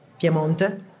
Piemonte